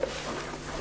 הישיבה ננעלה בשעה 12:03.